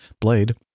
blade